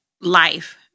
life